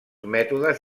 mètodes